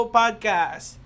podcast